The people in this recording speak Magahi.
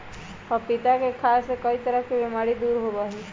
पपीता के खाय से कई तरह के बीमारी दूर होबा हई